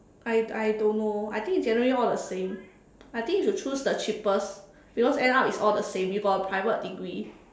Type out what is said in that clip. I I don't know I think generally all the same I think you should choose the cheapest because end up it's all the same you got a private degree